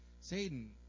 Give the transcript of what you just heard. Satan